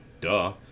Duh